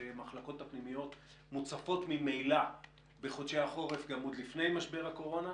שהמחלקות הפנימיות מוצפות ממילא בחודשי החורף גם עוד לפני משבר הקורונה,